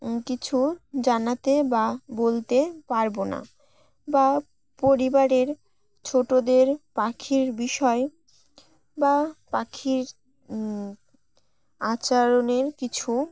কিছু জানাতে বা বলতে পারবো না বা পরিবারের ছোটোদের পাখির বিষয় বা পাখির আচরণের কিছু